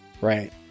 right